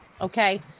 okay